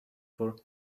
for